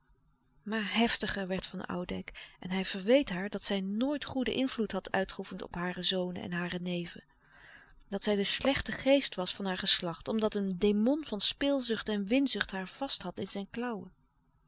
maar heftiger werd van oudijck en hij verweet haar dat zij nooit goeden invloed had uitgeoefend op hare zonen en hare neven dat zij de slechte geest was van haar geslacht omdat een demon van speelzucht en winzucht haar vast had in zijn